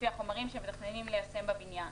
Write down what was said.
לפי החומרים שמתכננים ליישם בבניין.